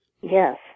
Yes